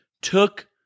took